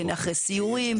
אחרי סיורים.